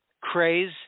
craze